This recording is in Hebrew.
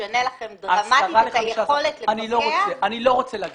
זה משנה לכם דרמטית את היכולת לפקח אני לא רוצה להגיד את זה.